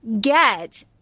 get